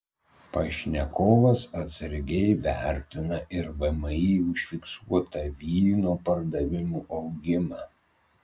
pašnekovas atsargiai vertina ir vmi užfiksuotą vyno pardavimų augimą